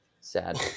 Sad